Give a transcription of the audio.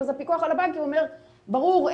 הפיקוח על הבנקים אומר: ברור,